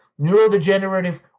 neurodegenerative